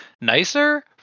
nicer